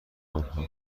آنها